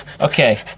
Okay